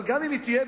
אבל גם אם בעי"ן,